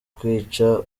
kwica